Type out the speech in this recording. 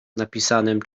napisanym